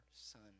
son